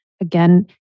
again